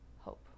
hope